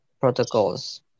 protocols